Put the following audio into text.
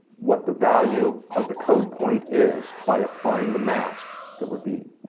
what the value of the code point is by applying the mask that would be,